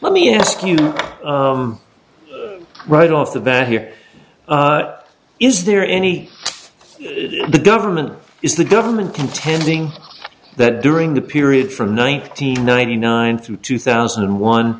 let me ask you right off the bat here is there any the government is the government contending that during the period from nineteen ninety nine through two thousand and one